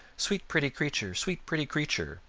sweet pretty creature! sweet pretty creature!